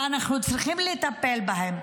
ואנחנו צריכים לטפל בהם.